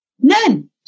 None